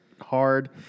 hard